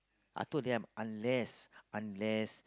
I told them unless unless